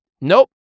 Nope